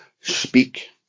Speak